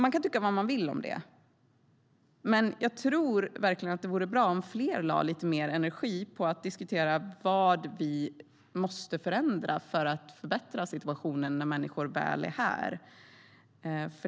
Man kan tycka vad man vill om det, men jag tycker att det vore bra om fler lade lite mer energi på att diskutera vad vi måste förändra för att förbättra situationen när människor väl är här.